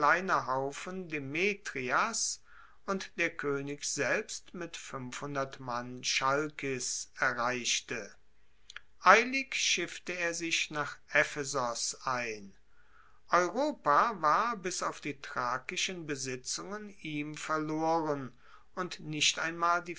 haufen demetrias und der koenig selbst mit mann chalkis erreichte eilig schiffte er sich nach ephesos ein europa war bis auf die thrakischen besitzungen ihm verloren und nicht einmal